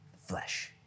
flesh